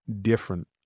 different